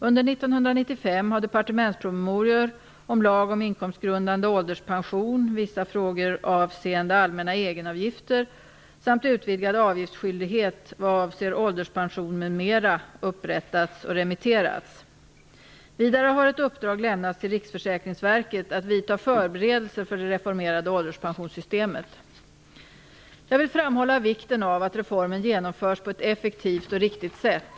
Under 1995 har departementspromemorior om lag om inkomstgrundande ålderspension, vissa frågor avseende allmänna egenavgifter samt utvidgad avgiftsskyldighet vad avser ålderspension m.m. upprättats och remitterats. Vidare har ett uppdrag lämnats till Riksförsäkringsverket att vidta förberedelser för det reformerade ålderspensionssystemet. Jag vill framhålla vikten av att reformen genomförs på ett effektivt och riktigt sätt.